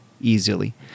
easily